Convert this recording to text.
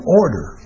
order